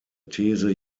these